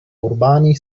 urbani